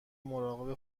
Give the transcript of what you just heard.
مراقب